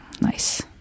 nice